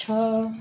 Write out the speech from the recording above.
छः